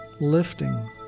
lifting